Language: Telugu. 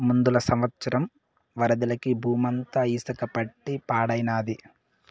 ముందల సంవత్సరం వరదలకి బూమంతా ఇసక పట్టి పాడైనాది